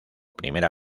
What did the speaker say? primera